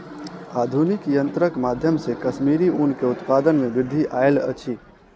आधुनिक यंत्रक माध्यम से कश्मीरी ऊन के उत्पादन में वृद्धि आयल अछि